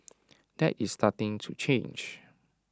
that is starting to change